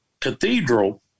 Cathedral